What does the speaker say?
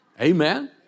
Amen